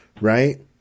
right